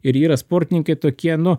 ir yra sportininkai tokie nu